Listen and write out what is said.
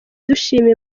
dushima